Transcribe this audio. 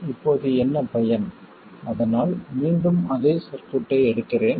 இப்போது இதனால் என்ன பயன் அதனால் மீண்டும் அதே சர்க்யூட்டை எடுக்கிறேன்